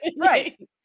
right